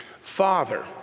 Father